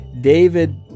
David